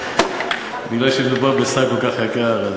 מכיוון שמדובר בשר כל כך יקר,